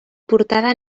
portada